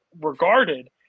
regarded